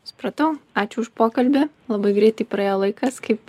supratau ačiū už pokalbį labai greitai praėjo laikas kaip